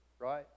right